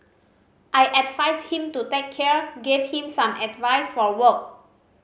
I advised him to take care gave him some advice for work